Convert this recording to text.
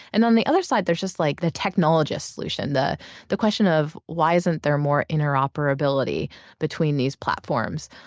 and on the other side, there's just like the technologist solution. the the question of why isn't there more interoperability between these platforms.